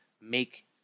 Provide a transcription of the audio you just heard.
make